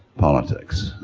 politics.